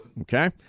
okay